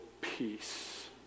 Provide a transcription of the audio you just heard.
peace